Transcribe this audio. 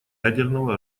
ядерного